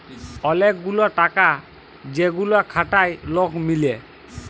ওলেক গুলা টাকা যেগুলা খাটায় লক মিলে